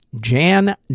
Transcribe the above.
Jan